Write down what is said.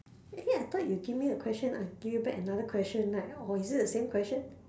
!hey! I thought you give me a question I give you back another question right or is it the same question